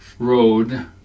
road